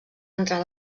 entrar